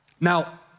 Now